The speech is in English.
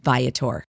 Viator